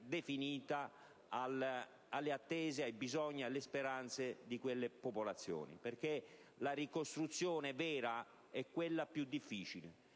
definita alle attese, ai bisogni e alle speranze di quelle popolazioni, perché la ricostruzione vera è quella più difficile